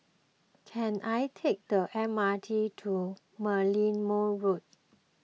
can I take the M R T to Merlimau Road